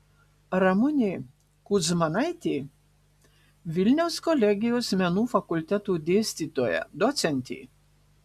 ramunė kudzmanaitė vilniaus kolegijos menų fakulteto dėstytoja docentė